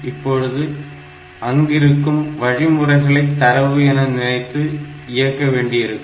இப்போது அங்கிருக்கும் வழிமுறைகளை தரவுகள் என நினைத்து இயக்க வேண்டியதிருக்கும்